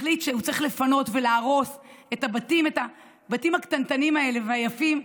החליט שהוא צריך לפנות ולהרוס את הבתים הקטנטנים והיפים האלה,